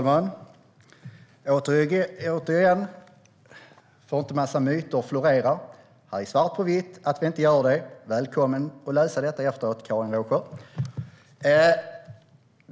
Herr talman! Återigen, för att inte en massa myter ska florera: I vår budgetmotion finns det svart på vitt att vi inte gör det. Välkommen att läsa den efteråt, Karin Rågsjö.